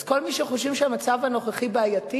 אז כל מי שחושבים שהמצב הנוכחי בעייתי,